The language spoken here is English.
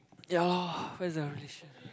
ya lor where is the relation